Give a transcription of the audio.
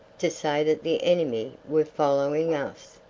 to say that the enemy were following us,